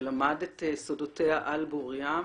ולמד את סודותיה על בורים,